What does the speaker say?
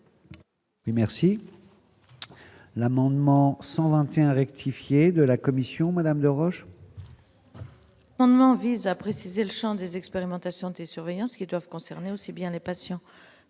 Merci. L'amendement 121 rectifier de la commission Madame de roche. On on vise à préciser le Champ des expérimentations, des surveillances qui doivent concerner aussi bien les patients